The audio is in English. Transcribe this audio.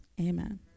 Amen